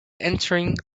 entering